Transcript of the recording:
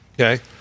Okay